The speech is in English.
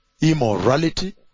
Immorality